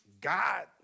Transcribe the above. God